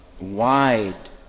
wide